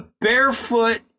Barefoot